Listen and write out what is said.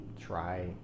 try